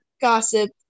gossip